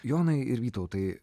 jonai ir vytautai